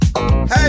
Hey